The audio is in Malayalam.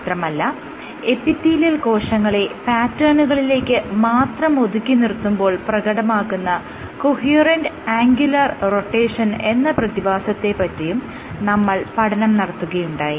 മാത്രമല്ല എപ്പിത്തീലിയൽ കോശങ്ങളെ പാറ്റേണുകളിലേക്ക് മാത്രമായി ഒതുക്കിനിർത്തുമ്പോൾ പ്രകടമാകുന്ന കൊഹ്യറൻറ് ആംഗുലാർ റൊട്ടേഷൻ എന്ന പ്രതിഭാസത്തെ പറ്റിയും നമ്മൾ പഠനം നടത്തുകയുണ്ടായി